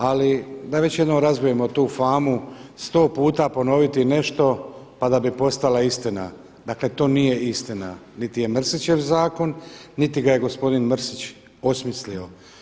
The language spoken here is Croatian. Ali da već jednom razbijemo tu famu, sto puta ponoviti nešto pa da bi postala istina, dakle to nije istina niti je Mrsićev zakon niti ga je gospodin Mrsić osmislio.